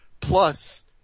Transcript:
plus